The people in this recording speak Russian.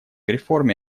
реформе